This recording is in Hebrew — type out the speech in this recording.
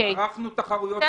ערכנו תחרויות עם ---,